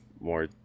more